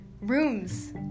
rooms